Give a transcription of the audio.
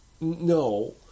no